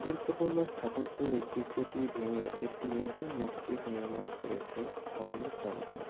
গুরুত্বপূর্ণ স্থাপত্য ঐতিহ্যটি ভেঙ্গে একটি নতুন মসজিদ নির্মাণ করেছে স্থানীয় জনগণ